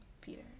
Peter